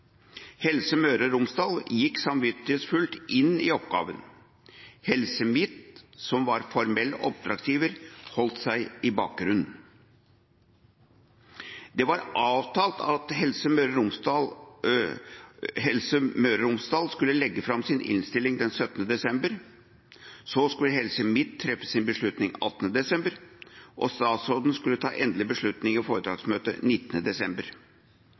Helse Møre og Romsdal gikk samvittighetsfullt inn i oppgaven. Helse Midt-Norge, som var formell oppdragsgiver, holdt seg i bakgrunnen. Det var avtalt at Helse Møre og Romsdal skulle legge fram sin innstilling 17. desember, så skulle Helse Midt treffe sin beslutning 18. desember, og statsråden skulle ta endelig beslutning i foretaksmøtet 19. desember.